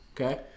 Okay